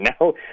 Now